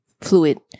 fluid